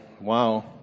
wow